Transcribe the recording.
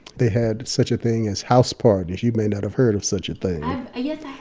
they had such a thing as house parties. you may not have heard of such a thing i've yes, i